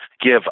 give